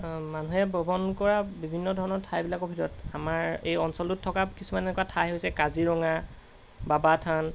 মানুহে ভ্ৰমণ কৰা বিভিন্ন ধৰণৰ ঠাইবিলাকৰ ভিতৰত আমাৰ এই অঞ্চলটোত থকা কিছুমান এনেকুৱা ঠাই হৈছে কাজিৰঙা বাবাথান